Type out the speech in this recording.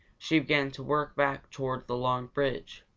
she began to work back toward the long bridge.